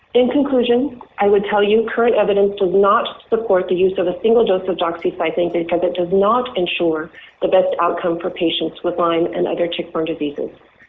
in conclusion, i would tell you current evidence does not support the use of a single dose of doxycycline because it does not ensure the best outcome for patients with lyme and other tick-borne diseases.